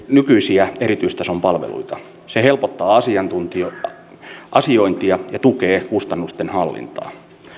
nykyisiä erityistason palveluita se helpottaa asiantuntijoita asiointia ja tukee kustannusten hallintaa